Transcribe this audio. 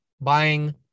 Buying